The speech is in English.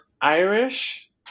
Irish